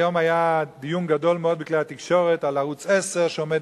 היום היה דיון גדול מאוד בכלי התקשורת על ערוץ-10 שעומד